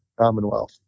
Commonwealth